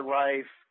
life